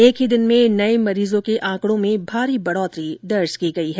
एक ही दिन में नए मरीजों के आंकड़ों में भारी बढ़ोतरी दर्ज की गई है